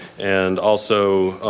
and also